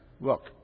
Look